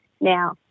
Now